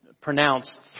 pronounced